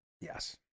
Yes